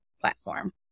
platform